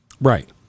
Right